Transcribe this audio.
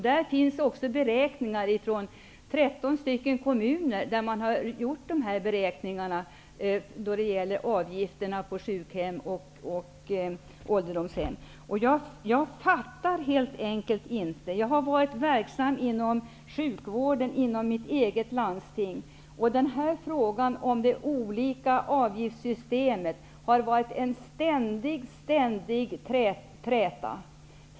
Där finns också beräkningar från 13 Jag har varit verksam inom sjukvården inom mitt hemlandsting, och frågan om de olika avgiftssystemen har varit en ständig trätogrund.